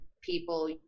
people